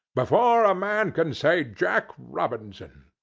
before a man can say jack robinson!